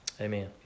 amen